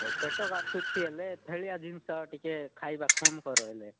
ହଉ ପେଟ କାଟୁଛି ହେଲେ ତେଲିଆ ଜିନିଷ ଟିକିଏ ଖାଇବା କମ୍ କର ହେଲେ